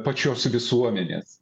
pačios visuomenės